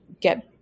get